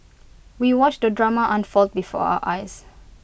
we watched the drama unfold before our eyes